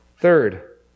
Third